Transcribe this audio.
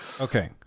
Okay